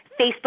Facebook